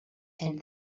and